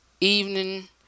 evening